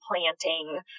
planting